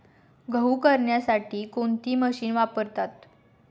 गहू करण्यासाठी कोणती मशीन वापरतात?